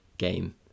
Game